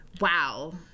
wow